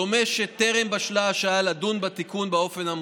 דומה שטרם בשלה השעה לדון בתיקון באופן המוצע.